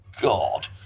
God